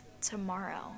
tomorrow